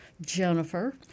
Jennifer